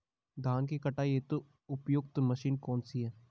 धान की कटाई हेतु उपयुक्त मशीन कौनसी है?